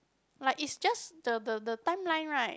like is just the the the timeline right